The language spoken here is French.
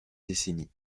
décennies